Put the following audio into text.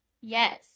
Yes